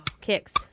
Kicks